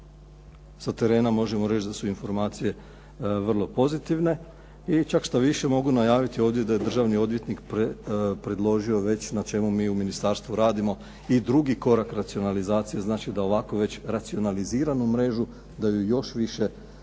sa terena možemo reći da su informacije vrlo pozitivne. I čak štoviše mogu najaviti ovdje da je državni odvjetnik predložio već na čemu mi u ministarstvu radimo i drugi korak racionalizacije. Znači da ovako već racionaliziranu mrežu, da ju još više okrupnimo,